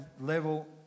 level